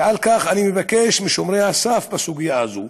ועל כך אני מבקש משומרי הסף, בסוגיה הזאת: